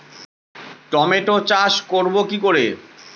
Tomato চাষ করব কি করে?